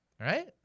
right